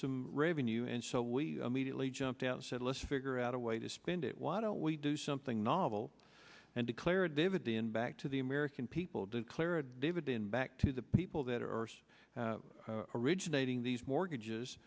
some revenue and so we immediately jumped out and said let's figure out a way to spend it why don't we do something novel and declare a dividend back to the american people do clara david in back to the people that are most originating these mortgages